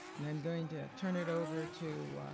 and i'm going to turn it over to.